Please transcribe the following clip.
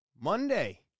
Monday